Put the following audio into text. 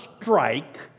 strike